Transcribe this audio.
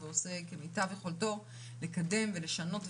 ועושה כמיטב יכולתו לקדם ולשנות דברים.